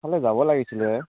অলপ যাব লাগিছিলে